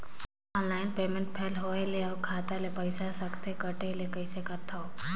Online payment fail होय ले अउ खाता ले पईसा सकथे कटे ले कइसे करथव?